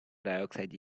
dioxide